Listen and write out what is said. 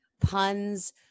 puns